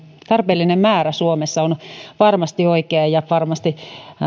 tarpeellinen määrä suomessa on varmasti oikea ja varmasti